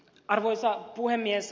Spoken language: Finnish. arvoisa puhemies